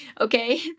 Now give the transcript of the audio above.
okay